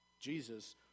Jesus